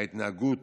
ההתנהגות